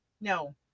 No